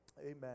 Amen